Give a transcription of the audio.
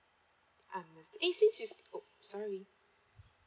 um eh since it's oh sorry